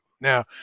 now